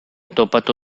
topatu